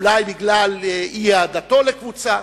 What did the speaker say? אולי בגלל אי-אהדתו לקבוצה,